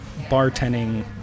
bartending